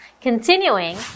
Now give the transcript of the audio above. Continuing